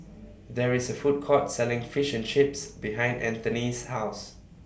There IS Food Court Selling Fish and Chips behind Anthony's House